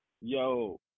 Yo